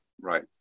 Right